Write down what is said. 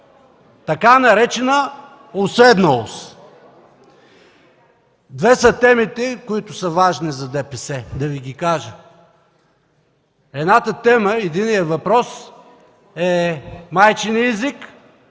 така наречена „уседналост”. Две са темите, които са важни за ДПС, да Ви ги кажа. Едната тема е майчиният език,